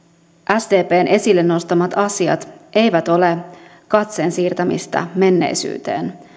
sdpn esille nostamat asiat eivät ole katseen siirtämistä menneisyyteen